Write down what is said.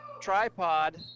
tripod